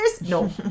No